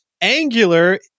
Angular